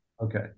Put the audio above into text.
Okay